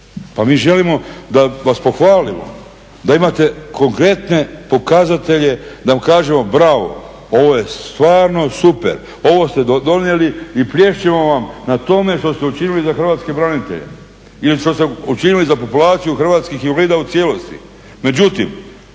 Pa mi želimo da vas pohvalimo, da imate konkretne pokazatelje, da mu kažemo bravo, ovo je stvarno super, ovo ste donijeli i plješćemo vam na tome što ste učinili za hrvatske branitelje ili što ste učinili za populaciju hrvatskih invalida u cijelosti.